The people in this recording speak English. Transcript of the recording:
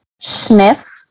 Sniff